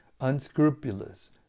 Unscrupulous